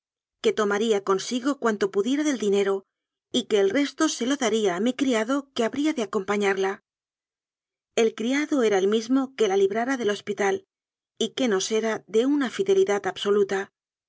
que tomaría consigo cuanto pudiera del dinero y que el resto se lo daría a mi criado que habría de acompañaría el criado era el mismo que la librara del hospital y que nos era de una fidelidad absoluta